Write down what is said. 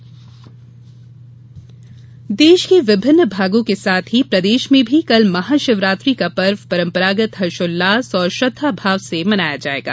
महाशिवरात्रि देश के विभिन्न भागों के साथ ही प्रदेश में भी कल महाशिवरात्रि का पर्व परंपरागत हर्ष उल्लास और श्रद्धाभाव से मनाया जायेगा